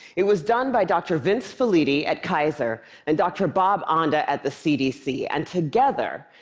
it was done by dr. vince felitti at kaiser and dr. bob anda at the cdc, and together,